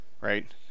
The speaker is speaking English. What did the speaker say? right